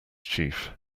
chief